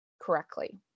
correctly